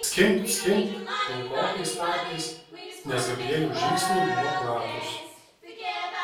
skimbt skimbt ilgokais tarpais nes gabrieliaus žingsniai buvo platūs